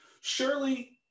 Surely